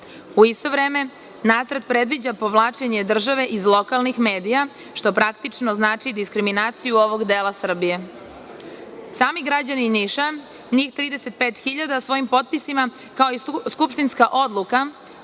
U isto vreme nacrt predviđa povlačenje države iz lokalnih medija što praktično znači i diskriminaciju ovog dela Srbije. Sami građani Niša, njih 35.000 svojim potpisima, kao i skupštinska odluka